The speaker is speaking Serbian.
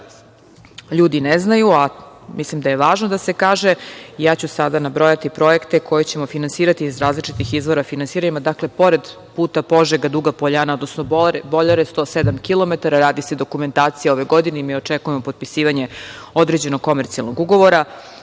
ljudi ne znaju, a mislim da je važno da se kaže, ja ću sada nabrojati projekte koji ćemo finansirati iz različitih izvora finansiranja. Dakle, pored puta Požega–Duga poljana, odnosno Boljare, duga 107 kilometara. Radi se dokumentacija ove godine i mi očekujemo potpisivanje određenog komercijalnog ugovora.